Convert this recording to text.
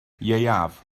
ieuaf